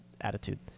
attitude